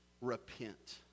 repent